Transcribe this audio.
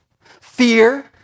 fear